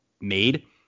made